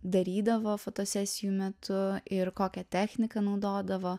darydavo fotosesijų metu ir kokią techniką naudodavo